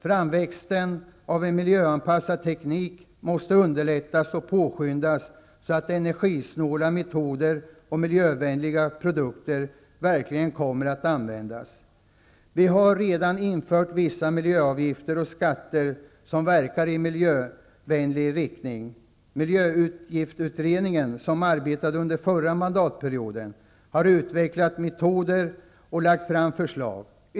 Framväxten av en ny miljöanpassad teknik måste underlättas och påskyndas, så att energisnåla metoder och miljövänliga produkter verkligen kommer till användning. Det har redan införts vissa miljöavgifter och skatter, vilka verkar i miljövänlig riktning. Miljöavgiftsutredningen, som arbetade under förra mandatperioden, har utvecklat metoder och lagt fram förslag.